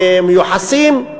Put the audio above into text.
למיוחסים.